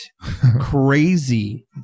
Crazy